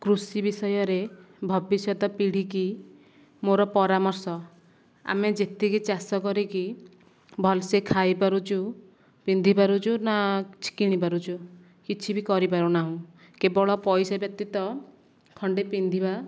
କୃଷି ବିଷୟରେ ଭବିଷ୍ୟତ ପିଢ଼ିକି ମୋର ପରାମର୍ଶ ଆମେ ଯେତିକି ଚାଷ କରିକି ଭଲ ସେ ଖାଇପାରୁଛୁ ପିନ୍ଧିପାରୁଛୁ ନା କିଛି କିଣିପାରୁଛୁ କିଛି ବି କରିପାରୁନାହୁଁ କେବଳ ପଇସା ବ୍ୟତୀତ ଖଣ୍ଡେ ପିନ୍ଧିବା